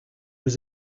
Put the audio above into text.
was